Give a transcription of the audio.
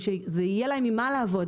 בשביל שיהיה להם עם מה לעבוד,